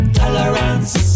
tolerance